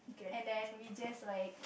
and then we just like